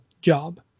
job